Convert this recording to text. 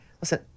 listen